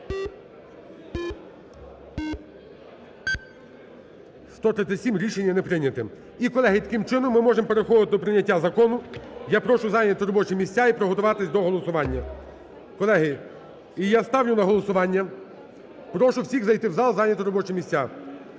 137. Рішення не прийняте. І, колеги, таким чином, ми можемо переходити до прийняття закону. Я прошу зайняти робочі місця і приготуватись до голосування. Колеги, і я ставлю на голосування. Прошу всіх зайти в зал, зайняти робочі місця.